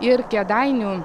ir kėdainių